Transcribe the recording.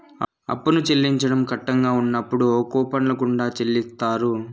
అప్పు చెల్లించడం కట్టంగా ఉన్నప్పుడు కూపన్ల గుండా చెల్లిత్తారు